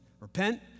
Repent